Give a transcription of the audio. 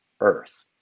Earth